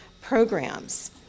programs